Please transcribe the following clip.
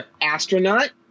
astronaut